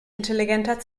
intelligenter